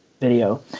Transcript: video